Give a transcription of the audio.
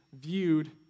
viewed